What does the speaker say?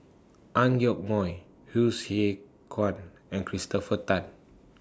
Ang Yoke Mooi Hsu Tse Kwang and Christopher Tan